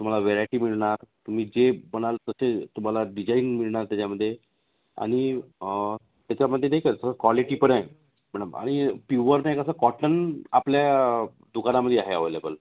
तुम्हाला व्हेरायटी मिळणार तुम्ही जे बनाल तसे तुम्हाला डिझाईन मिळणार त्याच्यामध्ये आणि त्याच्यामध्ये नाही का असं कॉलिटी पण आहे पण आणि प्युवर नाही कसं कॉटन आपल्या दुकानामध्ये आहे अव्हेलेबल